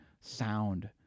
sound